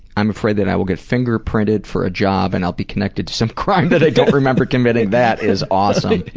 i'm afraid that i will get fingerprinted for a job and i'll be connected to some crime that i don't remember committing. that is awesome.